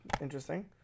Interesting